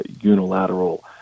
unilateral